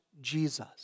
Jesus